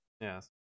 Yes